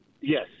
Yes